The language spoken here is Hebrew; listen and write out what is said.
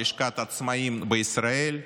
לשכת העצמאים בישראל,